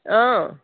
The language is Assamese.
অঁ